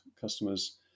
customers